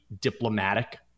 diplomatic